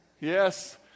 Yes